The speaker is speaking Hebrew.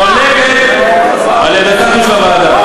להתנגדות עממית,